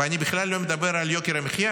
ואני בכלל לא מדבר על יוקר המחיה,